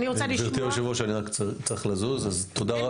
גבירתי היושבת-ראש, אני רק צריך לזוז, אז תודה.